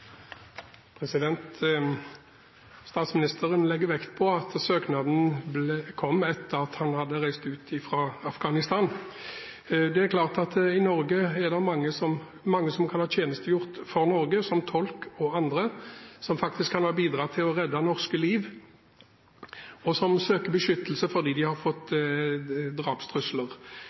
Statsministeren legger vekt på at søknaden kom etter at Muradi hadde reist fra Afghanistan. Det er klart at i Norge er det mange som kan ha tjenestegjort for Norge som tolk og annet, som faktisk kan ha bidratt til å redde norske liv, og som søker beskyttelse fordi de har fått drapstrusler.